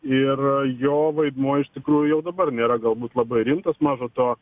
ir jo vaidmuo iš tikrųjų jau dabar nėra galbūt labai rimtas maža to